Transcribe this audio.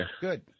Good